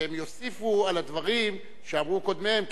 שהם יוסיפו על הדברים שאמרו קודמיהם,